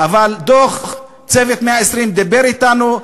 דוח "צוות 120 הימים" דיבר אתנו,